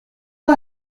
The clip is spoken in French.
pas